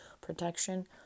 protection